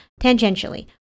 Tangentially